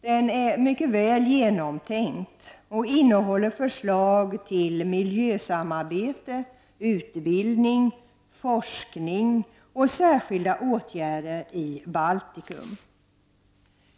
Den är mycket väl genomtänkt och inne håller förslag för miljösamarbete, utbildning, forskning och särskilda åtgärder i Baltikum.